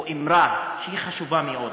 או אִמרה, שהיא חשובה מאוד,